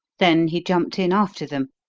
then he jumped in after them,